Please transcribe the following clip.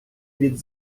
від